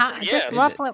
Yes